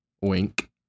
Wink